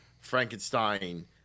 Frankenstein